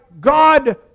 God